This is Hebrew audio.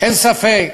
אין ספק